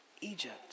Egypt